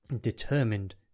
determined